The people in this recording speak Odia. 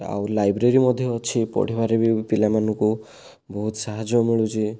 ଆଉ ଲାଇବ୍ରେରୀ ମଧ୍ୟ ଅଛି ପଢ଼ିବାରେ ବି ପିଲାମାନଙ୍କୁ ବହୁତ ସାହାଯ୍ୟ ମିଳୁଛି